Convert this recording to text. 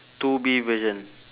two B version